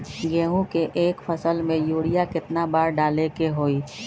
गेंहू के एक फसल में यूरिया केतना बार डाले के होई?